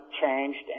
changed